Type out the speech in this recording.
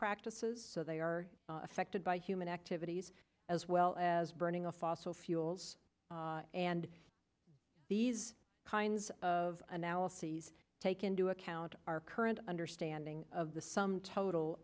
practices so they are affected by human activities as well as burning of fossil fuels and these kinds of analyses take into account our current understanding of the sum total